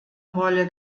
rolle